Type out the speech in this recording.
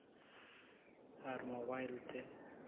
ᱟᱨ mobile ᱛᱮ